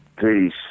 Peace